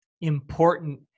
important